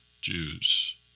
Jews